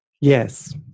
yes